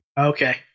Okay